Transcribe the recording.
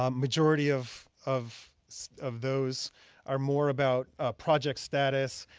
um majority of of of those are more about ah project status,